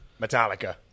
Metallica